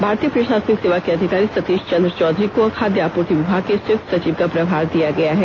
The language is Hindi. भारतीय प्रषासनिक सेवा के अधिकारी सतीष चंद्र चौधरी को खाद्य आपूर्ति विभाग के संयुक्त सचिव का प्रभार दिया गया है